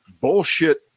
bullshit